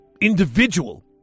individual